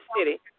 city